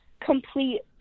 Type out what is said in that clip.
complete